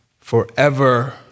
forever